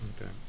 Okay